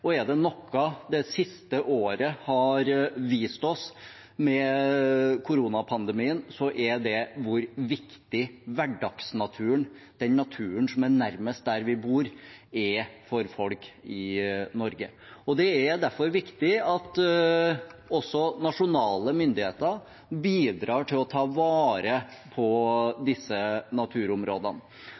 Er det noe det siste året, med koronapandemien, har vist oss, er det hvor viktig hverdagsnaturen, den naturen som er nærmest der vi bor, er for folk i Norge. Det er derfor viktig at også nasjonale myndigheter bidrar til å ta vare på disse naturområdene.